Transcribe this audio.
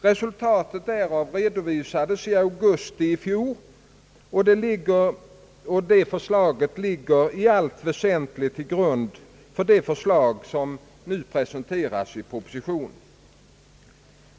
Resultatet därav redovisades i augusti i fjol, och detta förslag ligger i allt väsentligt till grund för det förslag, som nu presenteras i propositionen.